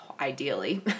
ideally